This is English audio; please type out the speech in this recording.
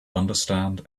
understand